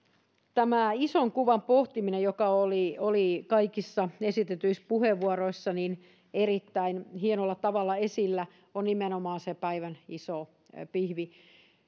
tämä ison kuvan pohtiminen joka oli oli kaikissa esitetyissä puheenvuoroissa erittäin hienolla tavalla esillä on nimenomaan se päivän iso pihvi